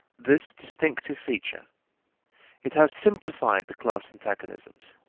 this distinctive feature it has simplified the class antagonisms.